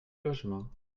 logement